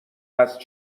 است